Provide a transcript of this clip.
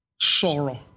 sorrow